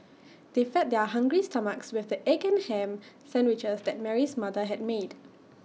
they fed their hungry stomachs with the egg and Ham Sandwiches that Mary's mother had made